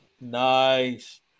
Nice